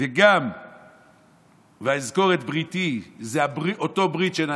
וגם "ואזכר את בריתי" זו אותה ברית שאני